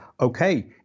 Okay